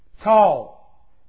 tall